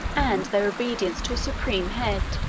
and their obedience to a supreme head,